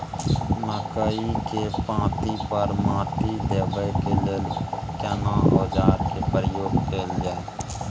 मकई के पाँति पर माटी देबै के लिए केना औजार के प्रयोग कैल जाय?